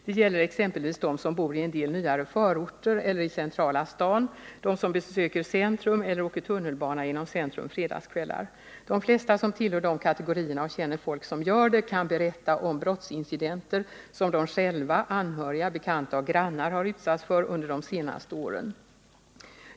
Det gäller exempelvis dem som bor i en del nyare förorter eller i centrala staden, dem som besöker centrum eller åker tunnelbana genom centrum fredagskvällar. De flesta som tillhör de kategorierna och känner folk som gör det, kan berätta om brottsincidenter som de själva, anhöriga, bekanta och grannar har utsatts för under de senaste åren.